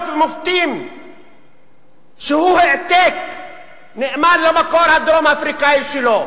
ובמופתים שהוא העתק נאמן למקור הדרום-אפריקני שלו?